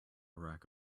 rack